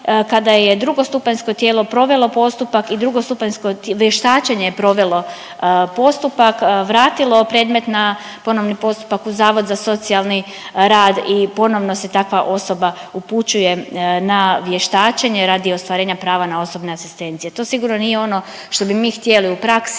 kada je II stupanjsko tijelo provelo postupak i II stupanjsko vještačenje je provelo postupak, vratilo predmet na ponovni postupak u Zavod za socijalni rad i ponovno se takva osoba upućuje na vještačenje radi ostvarenja prava na osobne asistencije. To sigurno nije ono što bi mi htjeli u praksi